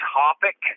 topic